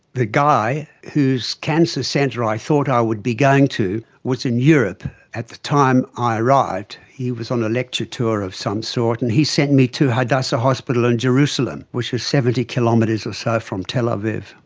the guy whose cancer centre i thought i would be going to was in europe at the time i arrived. he was on a lecture tour of some sort, and he sent me to hadassah hospital in jerusalem, which is seventy kilometres or so from tel aviv.